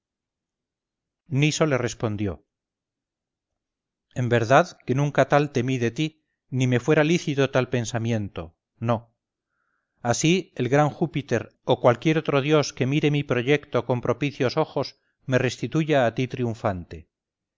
niso le respondió en verdad que nunca tal temí de ti ni me fuera lícito tal pensamiento no así el gran júpiter o cualquier otro dios que mire mi proyecto con propicios ojos me restituya a ti triunfante